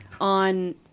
On